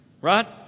right